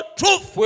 truth